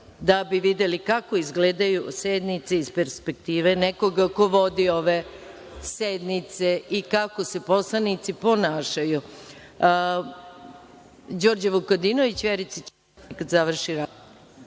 da bi videli kako izgledaju sednice iz perspektive nekoga ko vodi ove sednice i kako se poslanici ponašaju. Reč